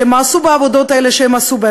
שמאסו בעבודות האלה שהם עשו,